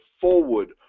forward